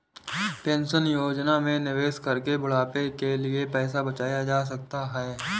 pension योजना में निवेश करके बुढ़ापे के लिए पैसा बचाया जा सकता है